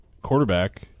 quarterback